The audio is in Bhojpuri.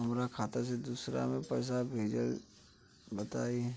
हमरा खाता से दूसरा में कैसे पैसा भेजाई?